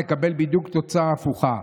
נקבל בדיוק תוצאה הפוכה.